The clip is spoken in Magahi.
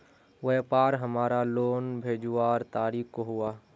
व्यापार हमार लोन भेजुआ तारीख को हुआ?